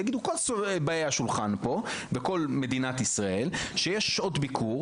יגידו כל באי השולחן פה וכל מדינת ישראל שיש שעות ביקור